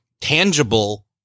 tangible